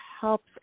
helps